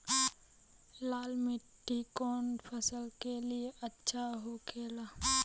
लाल मिट्टी कौन फसल के लिए अच्छा होखे ला?